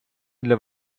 для